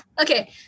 Okay